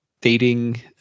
dating